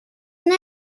الان